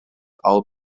all